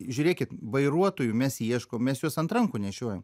žiūrėkit vairuotojų mes ieškom mes juos ant rankų nešiojam